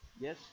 Yes